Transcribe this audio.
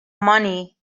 money